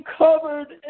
covered